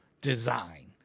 design